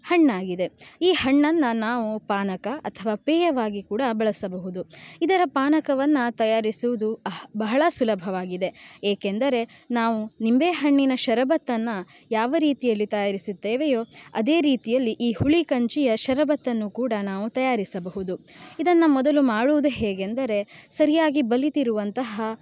ಹಣ್ಣಾಗಿದೆ ಈ ಹಣ್ಣನ್ನು ನಾವು ಪಾನಕ ಅಥವಾ ಪೇಯವಾಗಿ ಕೂಡ ಬಳಸಬಹುದು ಇದರ ಪಾನಕವನ್ನು ತಯಾರಿಸುವುದು ಅಹ್ ಬಹಳ ಸುಲಭವಾಗಿದೆ ಏಕೆಂದರೆ ನಾವು ನಿಂಬೆ ಹಣ್ಣಿನ ಶರಬತ್ತನ್ನು ಯಾವ ರೀತಿಯಲ್ಲಿ ತಯಾರಿಸುತ್ತೇವೆಯೋ ಅದೇ ರೀತಿಯಲ್ಲಿ ಈ ಹುಳಿ ಕಂಚಿಯ ಶರಬತ್ತನ್ನು ಕೂಡ ನಾವು ತಯಾರಿಸಬಹುದು ಇದನ್ನು ಮೊದಲು ಮಾಡುವುದು ಹೇಗೆಂದರೆ ಸರಿಯಾಗಿ ಬಲಿತಿರುವಂತಹ